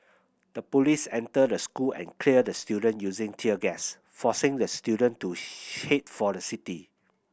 the police entered the school and cleared the student using tear gas forcing the student to head for the city